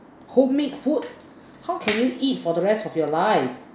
homemade food how can you eat for the rest of your life